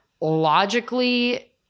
logically